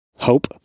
Hope